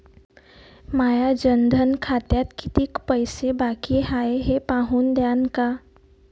माया जनधन खात्यात कितीक पैसे बाकी हाय हे पाहून द्यान का?